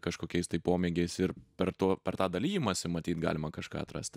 kažkokiais tai pomėgiais ir per tuo per tą dalijimąsi matyt galima kažką atrasti